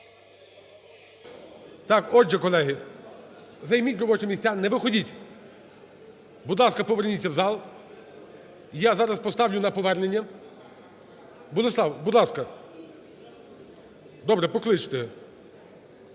Так, отже, колеги, займіть робочі місця, не виходьте. Будь ласка, поверніться в зал. Я зараз поставлю на повернення. Борислав, будь ласка. Добре, покличте,